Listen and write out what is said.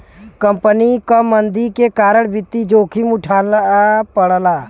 company क मंदी के कारण वित्तीय जोखिम उठाना पड़ला